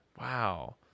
wow